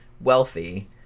wealthy